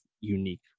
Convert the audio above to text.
unique